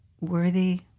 worthy